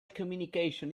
communication